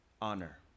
honor